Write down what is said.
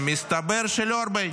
מסתבר שלא הרבה.